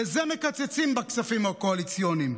לזה מקצצים בכספים הקואליציוניים.